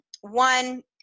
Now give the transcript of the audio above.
One